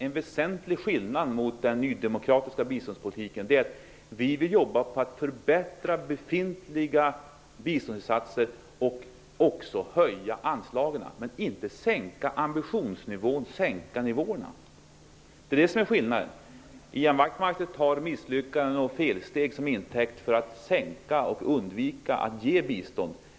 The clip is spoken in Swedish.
En väsentlig skillnad mot den nydemokratiska biståndspolitiken är att vi vill jobba för att förbättra befintliga biståndsinsatser och också höja anslagen. Vi vill inte sänka ambitionsnivån och sänka ersättningsnivåerna. Ian Wachtmeister tar misslyckanden och felsteg till intäkt för att sänka bistånd eller för att undvika att ge bistånd.